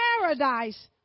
paradise